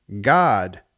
God